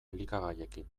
elikagaiekin